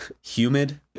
Humid